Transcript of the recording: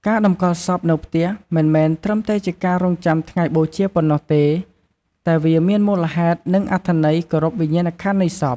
ការតម្កល់សពនៅផ្ទះមិនមែនត្រឹមតែជាការរង់ចាំថ្ងៃបូជាប៉ុណ្ណោះទេ តែវាមានមូលហេតុ និងអត្ថន័យគោរពវិញ្ញាណក្ខន្ធនៃសព។